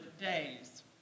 days